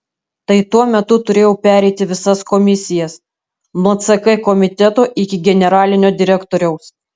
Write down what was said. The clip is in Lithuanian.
tai tuo metu turėjau pereiti visas komisijas nuo ck komiteto iki generalinio direktoriaus